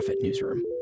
newsroom